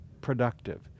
productive